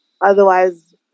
otherwise